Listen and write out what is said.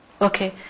Okay